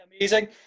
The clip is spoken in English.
amazing